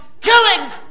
killings